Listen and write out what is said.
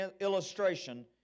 illustration